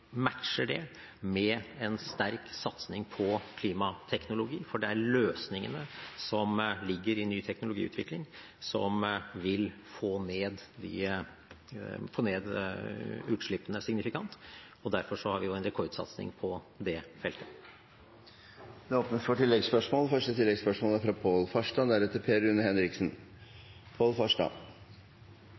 matcher det med en sterk satsing på klimateknologi. Det er løsningene som ligger i ny teknologiutvikling, som vil få ned utslippene signifikant, og derfor har vi en rekordsatsing på det feltet. Det åpnes for oppfølgingsspørsmål – først Pål Farstad.